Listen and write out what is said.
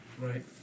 Right